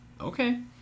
Okay